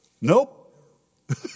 Nope